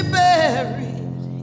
buried